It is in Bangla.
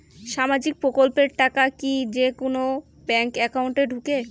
সামাজিক প্রকল্পের টাকা কি যে কুনো ব্যাংক একাউন্টে ঢুকে?